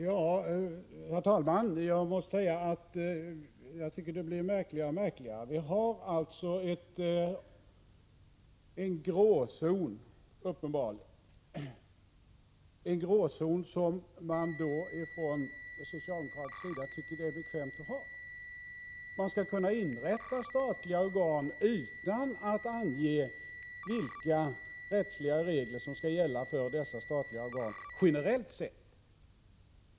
Herr talman! Jag måste säga att detta blir märkligare och märkligare. Vi har alltså uppenbarligen en grå zon, som man från socialdemokratisk sida tycker det är bekvämt att ha. Man vill kunna inrätta statliga organ utan att ange vilka rättsliga regler som skall gälla för dessa — generellt sett.